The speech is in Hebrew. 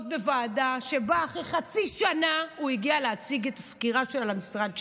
להיות בוועדה שבה אחרי חצי שנה הוא הגיע להציג סקירה של המשרד שלו.